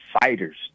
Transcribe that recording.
fighters